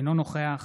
אינו נוכח